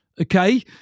okay